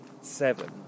seven